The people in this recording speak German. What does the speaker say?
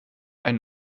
ein